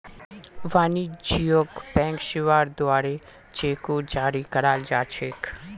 वाणिज्यिक बैंक सेवार द्वारे चेको जारी कराल जा छेक